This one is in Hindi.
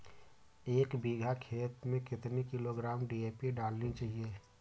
एक बीघा खेत में कितनी किलोग्राम डी.ए.पी डालनी चाहिए?